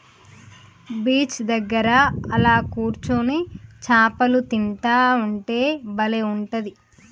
beach దగ్గర అలా కూర్చొని చాపలు తింటా ఉంటే బలే ఉంటది